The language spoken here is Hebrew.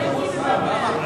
ההצעה לכלול את